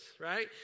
right